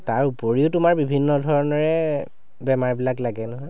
তাৰ উপৰিও তোমাৰ বিভিন্ন ধৰণেৰে বেমাৰবিলাক লাগে নহয়